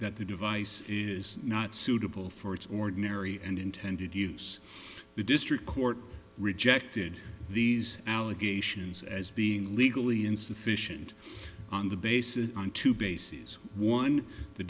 that the device is not suitable for its ordinary and intended use the district court rejected these allegations as being legally insufficient on the basis on two bases one the